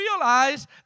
realize